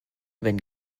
wenn